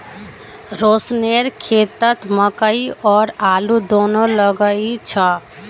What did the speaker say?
रोशनेर खेतत मकई और आलू दोनो लगइल छ